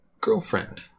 girlfriend